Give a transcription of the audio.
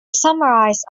summarize